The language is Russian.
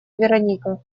вероника